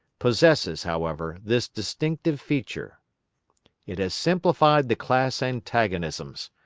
possesses, however, this distinctive feature it has simplified the class antagonisms.